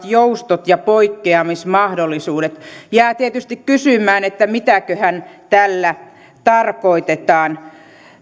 joustot ja poikkeamismahdollisuudet jää tietysti kysymään mitäköhän tällä tarkoitetaan